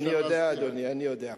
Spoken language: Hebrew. אני יודע, אדוני, אני יודע.